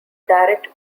direct